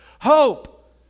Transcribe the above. Hope